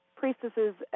priestesses